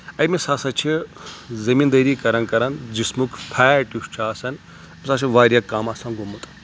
أمِس ہسا چھِ زٔمیٖندٲری کران کران جِسمُک فیٹ یُس چھُ آسان أمِس ہسا چھُ واریاہ کم آسان گوٚمُت